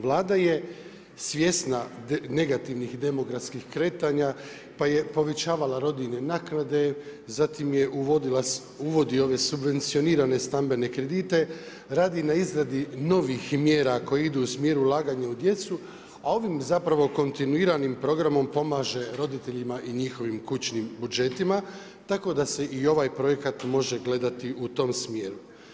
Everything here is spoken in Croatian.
Vlada je svjesna negativnih demografskih kretanja pa je povećavala rodiljne naknade, zatim uvodi ove subvencionirane stambene kredite, radi na izmjeni novih mjera koje idu u smjeru ulaganja u djecu, a ovim kontinuiranim programom pomaže roditeljima i njihovim kućnim budžetima tako da se i ovaj projekat može gledati u tom smjeru.